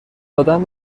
دادن